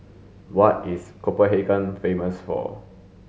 what is Copenhagen famous for